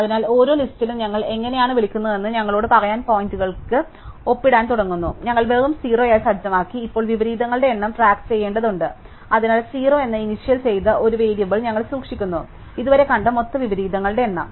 അതിനാൽ ഓരോ ലിസ്റ്റിലും ഞങ്ങൾ എങ്ങനെയാണ് വിളിക്കുന്നതെന്ന് ഞങ്ങളോട് പറയാൻ പോയിന്ററുകളിൽ ഒപ്പിടാൻ തുടങ്ങുന്നു ഞങ്ങൾ വെറും 0 ആയി സജ്ജമാക്കി ഇപ്പോൾ വിപരീതങ്ങളുടെ എണ്ണം ട്രാക്ക് ചെയ്യേണ്ടതുണ്ട് അതിനാൽ 0 എന്ന ഇനീഷ്യൽ ചെയ്ത ഒരു വേരിയബിൾ ഞങ്ങൾ സൂക്ഷിക്കുന്നു ഇതുവരെ കണ്ട മൊത്തം വിപരീതങ്ങളുടെ എണ്ണം